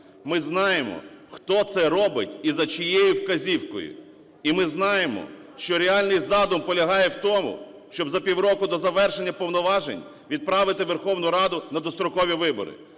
Ми знаємо, хто це робить і за чиєю вказівкою. І ми знаємо, що реальний задум полягає в тому, щоб за півроку до завершення повноважень відправити Верховну Раду на дострокові вибори.